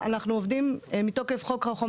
מבחינתנו כל אזרח במדינה צריך שתהיה לו